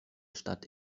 stadt